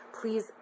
please